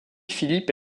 philippe